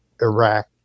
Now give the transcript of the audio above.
Iraq